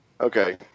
okay